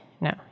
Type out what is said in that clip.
no